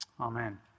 Amen